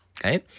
Okay